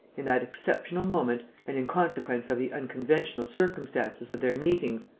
in that exceptional moment and in consequence of the unconventional circumstances of their meetings,